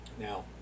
now